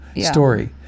story